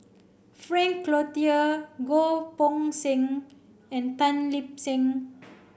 Frank Cloutier Goh Poh Seng and Tan Lip Seng